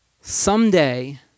someday